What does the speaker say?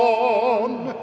oh no